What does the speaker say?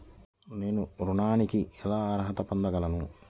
నేను ఋణానికి ఎలా అర్హత పొందగలను?